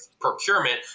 procurement